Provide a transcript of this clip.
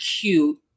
cute